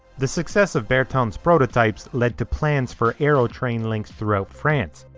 the success of bertin's prototypes led to plans for aerotrain links throughout france.